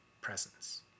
presence